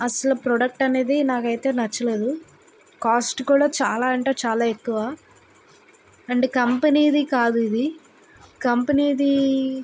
అస్సలు ప్రోడక్ట్ అనేది నాకైతే నచ్చలేదు కాస్ట్ కూడా చాలా అంటే చాలా ఎక్కువ అండ్ కంపెనీ ది కాదు ఇది కంపెనీ ది